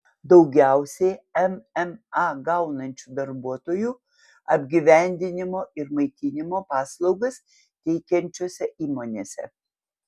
daugiausiai mma gaunančių darbuotojų apgyvendinimo ir maitinimo paslaugas teikiančiose įmonėse